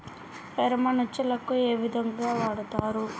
Pheromone ఉచ్చులకు ఏ విధంగా వాడుతరు?